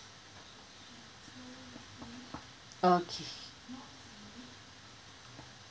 okay